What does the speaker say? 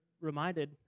reminded